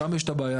שם יש את הבעיה.